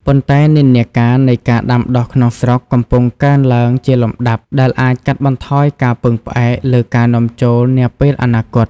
ប៉ុន្តែនិន្នាការនៃការដាំដុះក្នុងស្រុកកំពុងកើនឡើងជាលំដាប់ ដែលអាចកាត់បន្ថយការពឹងផ្អែកលើការនាំចូលនាពេលអនាគត។